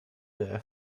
der